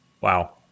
Wow